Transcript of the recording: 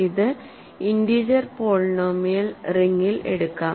ഇത് integer polynomial റിംഗിൽ എടുക്കാം